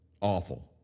awful